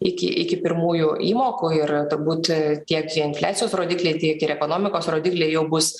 iki iki pirmųjų įmokų ir turbūt tiek tie infliacijos rodikliai tiek ir ekonomikos rodikliai jau bus